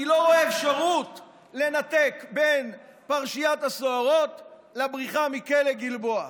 אני לא רואה אפשרות לנתק בין פרשיות הסוהרות לבריחה מכלא גלבוע.